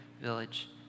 village